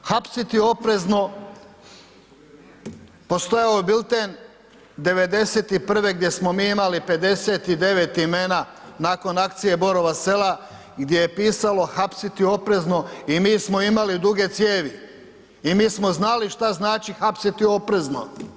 Hapsiti oprezno“, postojao je bilten '91. gdje smo mi imali 59 imena nakon akcije Borova sela gdje je pisalo „Hapsiti oprezno“ i mi smo imali duge cijevi, i mi smo znali šta znači hapsiti oprezno.